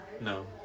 No